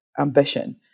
ambition